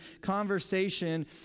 conversation